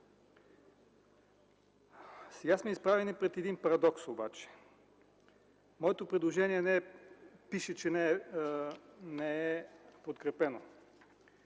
Сега сме изправени обаче пред един парадокс. Моето предложение пише, че не е подкрепено,